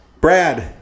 Brad